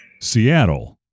Seattle